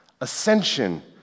ascension